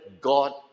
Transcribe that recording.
God